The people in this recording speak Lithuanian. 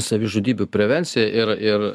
savižudybių prevencija ir ir